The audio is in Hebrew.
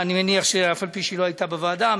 אני מניח שאף-על-פי שהיא לא הייתה בוועדה,